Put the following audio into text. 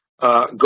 go